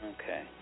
Okay